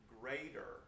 greater